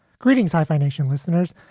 greetings, hyphenation, listeners.